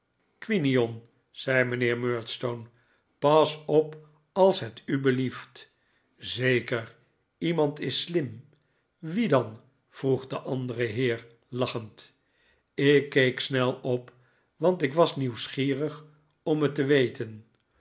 quinion zei mijnheer murdstone pas op als het u belieft zeker iemand is slim wie dan vroeg de andere heer lacnend ik keek snel op want ik was nieuwsgierig om het te weten